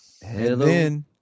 Hello